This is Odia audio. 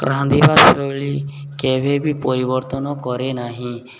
ରାନ୍ଧିବା ଶୈଳୀ କେବେ ବି ପରିବର୍ତ୍ତନ କରେ ନାହିଁ